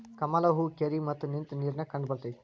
ಕಮಲ ಹೂ ಕೆರಿ ಮತ್ತ ನಿಂತ ನೇರಾಗ ಕಂಡಬರ್ತೈತಿ